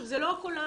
זה לא הכול את.